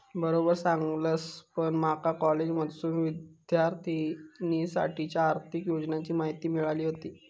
बरोबर सांगलस, पण माका कॉलेजमधसूनच विद्यार्थिनींसाठीच्या आर्थिक योजनांची माहिती मिळाली व्हती